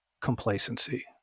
complacency